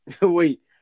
Wait